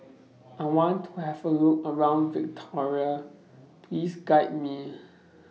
I want to Have A Look around Victoria Please Guide Me